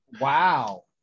Wow